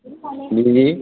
जी जी